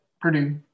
Purdue